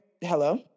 Hello